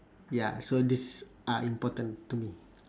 ya so these are important to me